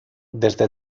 desde